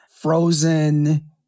frozen